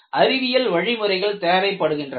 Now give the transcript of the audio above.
இதற்கு அறிவியல் வழிமுறைகள் தேவைப்படுகிறது